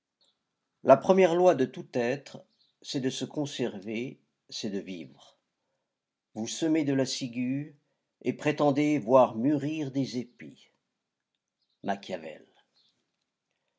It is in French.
la première loi de tout être c'est de se conserver c'est de vivre vous semez de la ciguë et prétendez voir mûrir des épis machiavel